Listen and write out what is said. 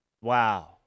Wow